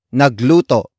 nagluto